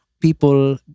people